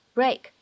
Break